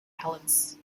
helens